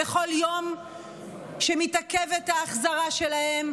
וכל יום שמתעכבת ההחזרה שלהם,